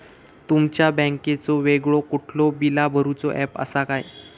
तुमच्या बँकेचो वेगळो कुठलो बिला भरूचो ऍप असा काय?